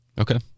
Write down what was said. Okay